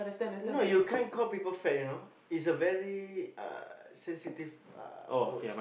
no you can't call people fat you know it's a very uh sensitive uh word